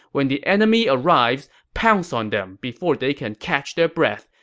when the enemy arrives, pounce on them before they can catch their breath.